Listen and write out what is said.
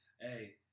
Hey